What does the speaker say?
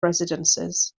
residences